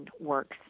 works